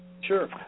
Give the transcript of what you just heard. Sure